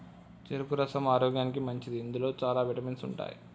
చెరుకు రసం ఆరోగ్యానికి మంచిది ఇందులో చాల విటమిన్స్ ఉంటాయి